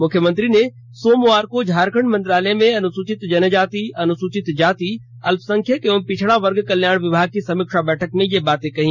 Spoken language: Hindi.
मुख्यमंत्री ने सोमवार को झारखंड मंत्रालय में अनुसूचित जनजाति अनुसूचित जाति अल्पसंख्यक एवं पिछड़ा वर्ग कल्याण विभाग की समीक्षा बैठक में ये बातें कहीं